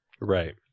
Right